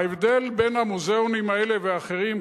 ההבדל בין המוזיאונים האלה ואחרים,